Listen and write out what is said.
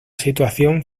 situación